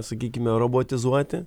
sakykime robotizuoti